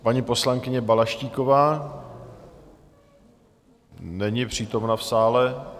Paní poslankyně Balaštíková není přítomna v sále.